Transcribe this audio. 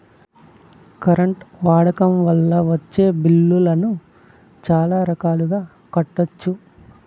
current వాడకం వల్ల వచ్చే బిల్లులను చాలా రకాలుగా కట్టొచ్చు